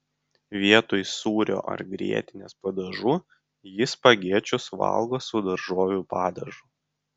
vietoj sūrio ar grietinės padažų ji spagečius valgo su daržovių padažu